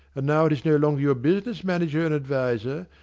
and now it is no longer your business manager and adviser,